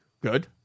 good